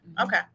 Okay